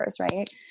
Right